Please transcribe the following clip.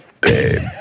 babe